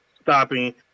stopping